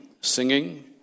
singing